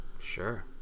Sure